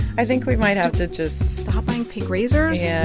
i think we might have to just. stop buying pink razors yeah